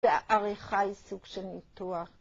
העריכה היא סוג של ניתוח.